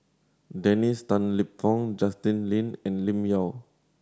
Dennis Tan Lip Fong Justin Lean and Lim Yau